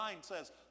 says